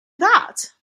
that